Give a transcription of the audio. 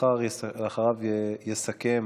אחריו יסכם